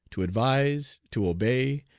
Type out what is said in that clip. to advise, to obey,